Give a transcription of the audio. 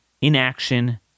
inaction